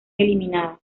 eliminadas